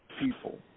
people